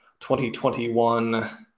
2021